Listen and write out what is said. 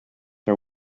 are